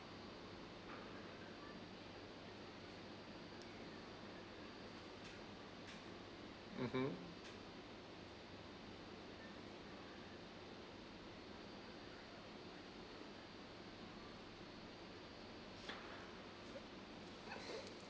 mmhmm